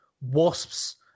Wasps